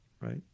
right